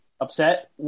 upset